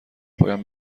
پایان